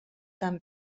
tant